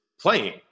playing